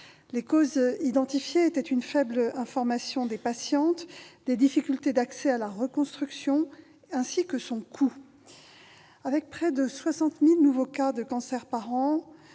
Les causes identifiées étaient une faible information des patientes, des difficultés d'accès à la reconstruction, ainsi que son coût. Avec près de 60 000 nouveaux cas par an,